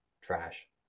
trash